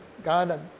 God